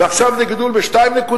ועכשיו זה גידול ב-2.7%,